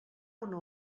una